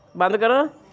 ਬੰਦ ਕਰਾਂ